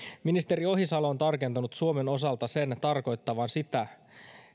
ministeri ohisalo on tarkentanut suomen osalta sen tarkoittavan sitä